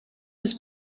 was